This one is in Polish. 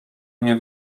nie